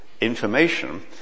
information